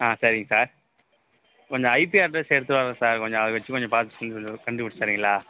ஆ சரிங்க சார் கொஞ்ச IP address எடுத்து வர்றேன் சார் கொஞ்சம் அதை வச்சு கொஞ்சம் பார்த்து கண்டுபிடிச்சி தரீங்களா